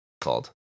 called